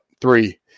three